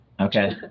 Okay